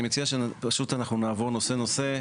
אני מציע שפשוט אנחנו נעבור נושא נושא,